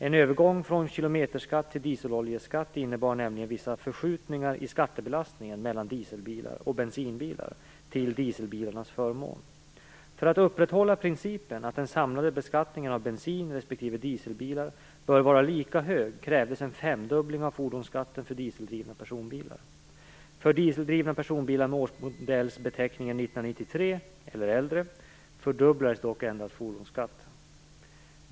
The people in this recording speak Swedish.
En övergång från kilometerskatt till dieseloljeskatt innebar nämligen vissa förskjutningar i skattebelastningen mellan dieselbilar och bensinbilar till dieselbilarnas förmån. För att upprätthålla principen att den samlade beskattningen av bensin respektive dieselbilar bör vara lika hög krävdes en femdubbling av fordonsskatten för dieseldrivna personbilar. För dieseldrivna personbilar med årsmodellsbeteckning 1993 eller äldre fördubblades dock endast fordonsskatten.